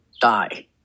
die